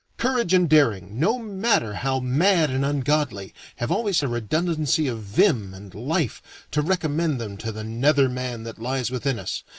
courage and daring, no matter how mad and ungodly, have always a redundancy of vim and life to recommend them to the nether man that lies within us,